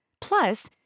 Plus